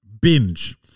binge